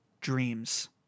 Dreams